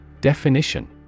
Definition